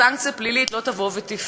סנקציה פלילית לא תפתור,